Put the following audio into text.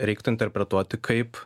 reiktų interpretuoti kaip